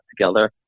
together